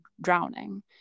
drowning